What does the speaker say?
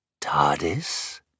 TARDIS